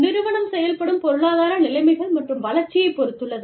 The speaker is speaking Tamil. நிறுவனம் செயல்படும் பொருளாதார நிலைமைகள் மற்றும் வளர்ச்சியைப் பொறுத்துள்ளது